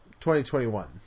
2021